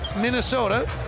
Minnesota